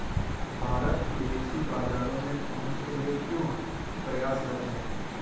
भारत विदेशी बाजारों में पहुंच के लिए क्यों प्रयासरत है?